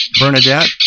Bernadette